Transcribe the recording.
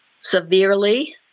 severely